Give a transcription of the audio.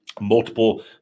Multiple